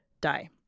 die